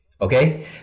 Okay